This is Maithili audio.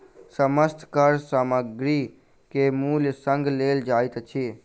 समस्त कर सामग्री के मूल्य संग लेल जाइत अछि